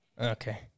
Okay